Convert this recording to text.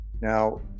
now